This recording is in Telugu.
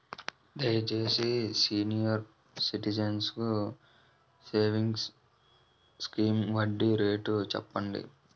దయచేసి సీనియర్ సిటిజన్స్ సేవింగ్స్ స్కీమ్ వడ్డీ రేటు చెప్పండి